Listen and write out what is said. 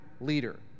leader